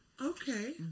Okay